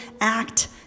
act